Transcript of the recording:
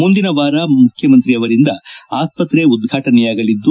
ಮುಂದಿನ ವಾರ ಮುಖ್ಯ ಮಂತ್ರಿ ಅವರಿಂದ ಆಸ್ಪತ್ತೆ ಉದ್ವಾಟನೆಯಾಗಲಿದ್ದು